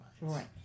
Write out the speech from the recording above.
Right